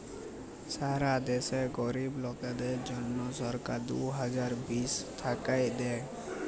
ছারা দ্যাশে গরীব লোকদের জ্যনহে সরকার দু হাজার বিশ থ্যাইকে দেই